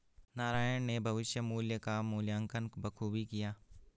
नारायण ने भविष्य मुल्य का मूल्यांकन बखूबी किया